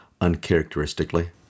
uncharacteristically